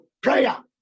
prayer